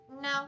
No